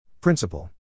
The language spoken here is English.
Principle